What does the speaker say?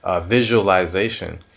visualization